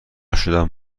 شدم